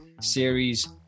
series